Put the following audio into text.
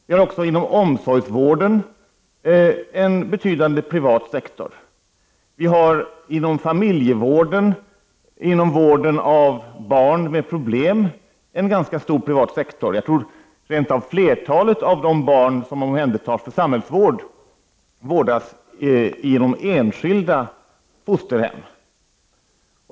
Det finns även inom omsorgsvården en betydande privat sektor. Det finns inom familjevården och inom vården av barn med problem en ganska stor privat sektor. Jag tror rent av att flertalet av de barn som omhändertas för samhällsvård vårdas i enskilda fosterhem.